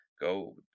Go